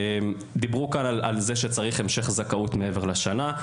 דיברו כאן על זה שצריך המשך זכאות מעבר לשנה.